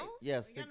Yes